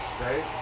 right